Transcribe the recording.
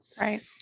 Right